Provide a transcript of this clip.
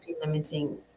limiting